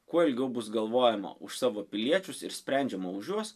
kuo ilgiau bus galvojama už savo piliečius ir sprendžiama už juos